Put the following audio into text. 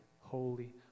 holy